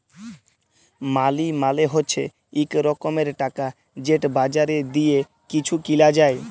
মালি মালে হছে ইক রকমের টাকা যেট বাজারে দিঁয়ে কিছু কিলা যায়